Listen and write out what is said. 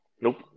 Nope